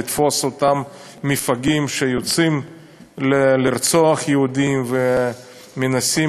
לתפוס את אותם מפגעים שיוצאים לרצוח יהודים ומנסים